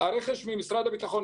הרכש ממשרד הביטחון,